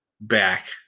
back